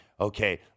okay